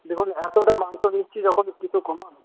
দেখুন এতটা মাংস নিচ্ছি যখন কিছু কমান